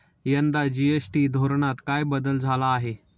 यंदा जी.एस.टी धोरणात काय बदल झाला आहे?